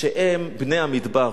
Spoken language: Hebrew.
בני המדבר.